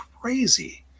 crazy